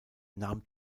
nahm